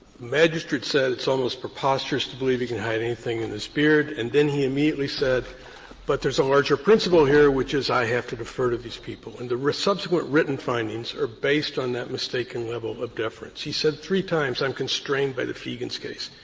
magistrate said it's almost preposterous to believe he can hide anything in his beard, and then he immediately said but there's a larger principle here, which is i have to defer to these people. and the subsequent written findings are based on that mistaken level of deference. he said three times i'm constrained by the fegans case.